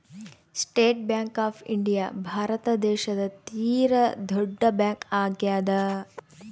state Bank of India Bharat ದೇಶದ ತೀರ ದೊಡ್ಡ ಬ್ಯಾಂಕ್ ಆಗ್ಯಾದ